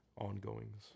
ongoings